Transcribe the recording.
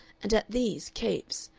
and at these capes,